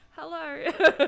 Hello